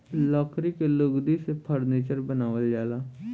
लकड़ी के लुगदी से फर्नीचर बनावल जाला